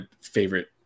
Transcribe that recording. favorite